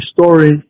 story